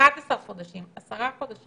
11 חודשים או על 10 חודשים,